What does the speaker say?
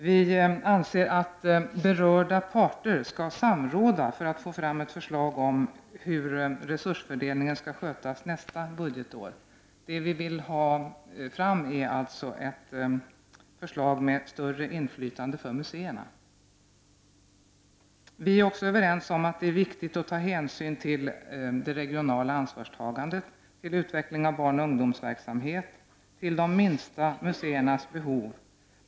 Vi anser att berörda parter skall samråda för att få fram ett förslag om hur resursfördelningen skall skötas nästa budgetår. Vad vi vill få till stånd är alltså ett förslag till större inflytande för museerna. Vi är också överens om att det är viktigt att ta hänsyn till det regionala ansvarstagandet, till utvecklingen av barnoch ungdomsverksamheten och till de minsta museernas behov.